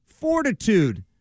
fortitude